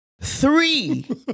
three